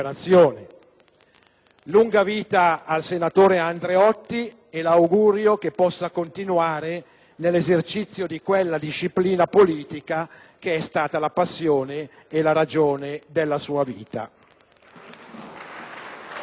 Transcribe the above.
Lunga vita al senatore Andreotti e l'augurio che possa continuare nell'esercizio di quella disciplina politica che è stata la passione e la ragione della sua vita.